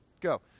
go